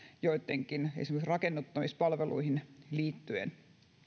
esimerkiksi rakennuttamispalveluihin liittyen